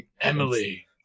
emily